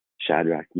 Shadrach